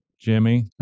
Jimmy